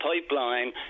pipeline